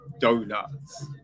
donuts